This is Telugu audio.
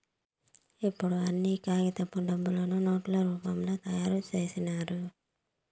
ఇప్పుడు అన్ని కాగితపు డబ్బులు నోట్ల రూపంలో తయారు చేసినారు